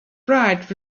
bright